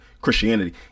Christianity